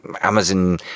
amazon